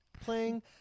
playing